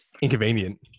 inconvenient